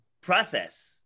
process